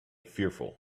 fearful